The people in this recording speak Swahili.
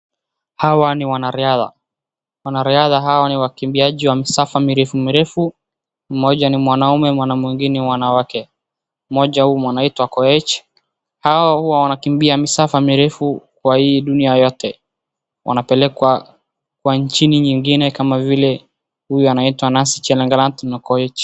Hawa ni wanariadha. Wanariadha hawa ni wakimbiaji wa misafa mirefu mirefu, mmoja ni mwanaume na mwingine ni wanawake. Mmoja anaitwa Koech, hawa huwa wanakimbia misafa mirefu kwa hii dunia yote, wanapelekwa kwa nchini nyingine kama vile huyu anaitwa Nancy Chelagat na Koech.